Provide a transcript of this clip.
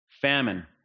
famine